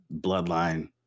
Bloodline